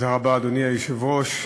אדוני היושב-ראש,